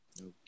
Okay